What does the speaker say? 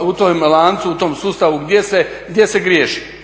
u tom lancu, u tom sustavu gdje se griješi.